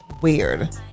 weird